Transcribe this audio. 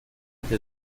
der